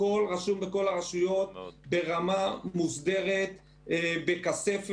הכול רשום בכל הרשויות ברמה מוסדרת בכספת.